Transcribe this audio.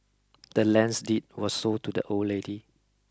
the land's deed was sold to the old lady